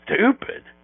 stupid